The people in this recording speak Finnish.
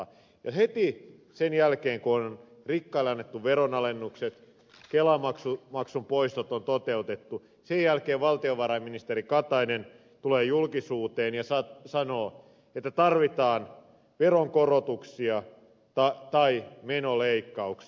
ja heti sen jälkeen kun on rikkaille annettu veronalennukset ja kelamaksun poistot on toteutettu valtiovarainministeri katainen tulee julkisuuteen ja sanoo että tarvitaan veronkorotuksia tai menoleikkauksia